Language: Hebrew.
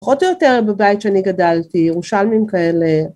פחות או יותר בבית שאני גדלתי, ירושלמים כאלה.